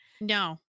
No